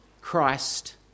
Christ